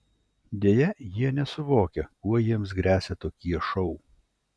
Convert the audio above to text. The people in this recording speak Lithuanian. deja jie nesuvokia kuo jiems gresia tokie šou